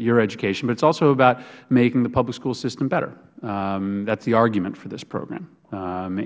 your education but it is also about making the public school system better that is the argument for this program